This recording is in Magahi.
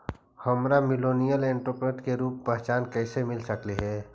हमरा मिलेनियल एंटेरप्रेन्योर के रूप में पहचान कइसे मिल सकलई हे?